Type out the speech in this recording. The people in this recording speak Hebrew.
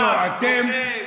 לא, זה לא באותה רמה.